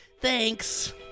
Thanks